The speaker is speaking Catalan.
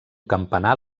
campanar